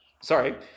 sorry